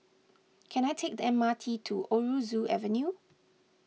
can I take the M R T to Aroozoo Avenue